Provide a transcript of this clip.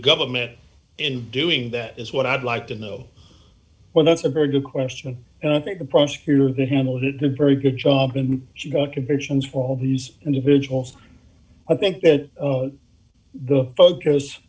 government in doing that is what i'd like to know well that's a very good question and i think the prosecutor that handled it had very good job and she her convictions for all these individuals i think that the focus